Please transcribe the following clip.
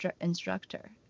instructor